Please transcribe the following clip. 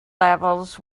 levels